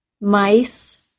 Mice